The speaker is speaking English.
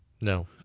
No